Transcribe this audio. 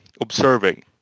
observing